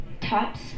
Tops